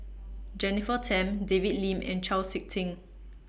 Jennifer Tham David Lim and Chau Sik Ting